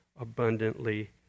abundantly